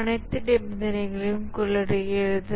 அனைத்து நிபந்தனைகளையும் கொண்டுள்ளது